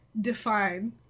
define